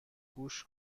گوش